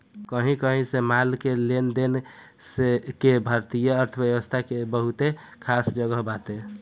कही कही से माल के लेनदेन के भारतीय अर्थव्यवस्था में बहुते खास जगह बाटे